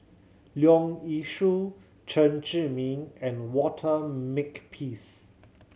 Leong Yee Soo Chen Zhiming and Walter Makepeace